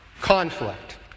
conflict